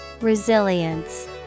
Resilience